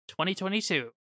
2022